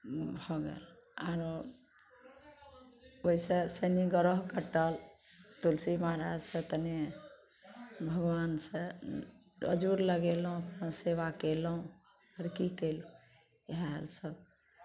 भऽ गेल आरो ओइसँ शनि ग्रह कटल तुलसी महराजसँ तनी भगवानसँ अजुर लगेलहुँ अपन सेवा कयलहुँ आओर कि कयलहुँ इएहे आर सब